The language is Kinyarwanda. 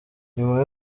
nyuma